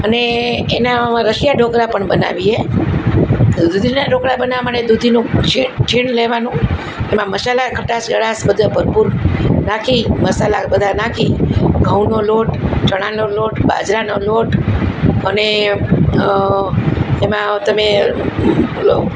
અને એના રસીયા ઢોકળા પણ બનાવીએ દૂધીનાં ઢોકળા બનાવવા માટે દૂધીનું છીણ લેવાનું એમાં મસાલા ખટાશ ગળાશ બધું ભરપૂર નાખી મસાલા બધા નાખી ઘઉંનો લોટ ચણાનો લોટ બાજરાનો લોટ અને એમાં તમે ઓલો